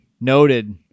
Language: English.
noted